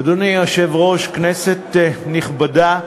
אדוני היושב-ראש, כנסת נכבדה,